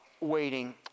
waiting